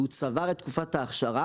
וצבר את תקופת האכשרה.